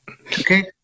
okay